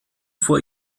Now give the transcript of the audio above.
vor